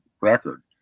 record